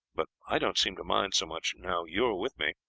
but i don't seem to mind so much now you are with me.